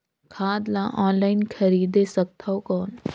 खाद ला ऑनलाइन खरीदे सकथव कौन?